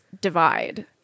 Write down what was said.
divide